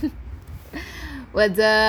what's up